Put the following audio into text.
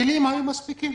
הכלים היו מספיקים.